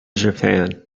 japan